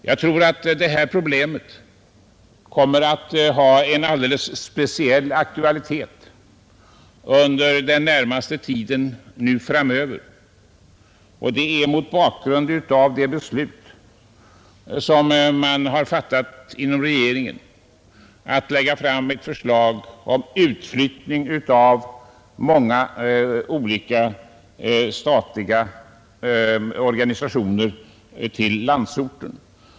Jag tror att detta problem kommer att ha en alldeles speciell aktualitet under den närmaste tiden framöver mot bakgrunden av det beslut som regeringen fattat att lägga fram ett förslag om utflyttning av många olika statliga organ till landsorten.